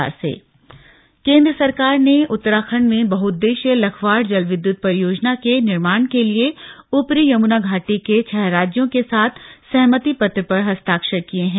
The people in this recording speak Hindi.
सहमति केन्द्र सरकार ने उत्तराखंड में बहउद्देशीय लखवाड़ जलविद्युत परियोजना के निर्माण के लिए ऊपरी यमुना घाटी के छह राज्यों के साथ सहमति पत्र पर हस्ताक्षर किये हैं